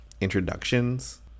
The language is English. Introductions